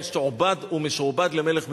הוא משועבד למלך מצרים.